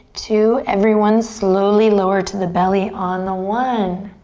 two, everyone slowly lower to the belly on the one.